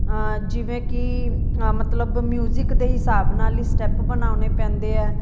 ਜਿਵੇਂ ਕਿ ਮਤਲਬ ਮਿਊਜਿਕ ਦੇ ਹਿਸਾਬ ਨਾਲ ਹੀ ਸਟੈਪ ਬਣਾਉਣੇ ਪੈਂਦੇ ਹੈ